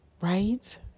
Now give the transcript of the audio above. right